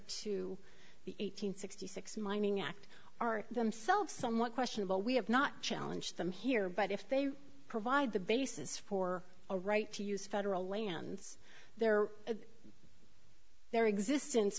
to the eight hundred sixty six mining act are themselves somewhat questionable we have not challenge them here but if they provide the basis for a right to use federal lands their very existence